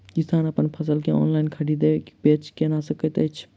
किसान अप्पन फसल केँ ऑनलाइन खरीदै बेच केना कऽ सकैत अछि?